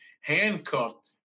handcuffed